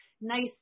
nice